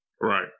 Right